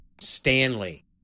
Stanley